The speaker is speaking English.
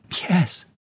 yes